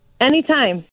Anytime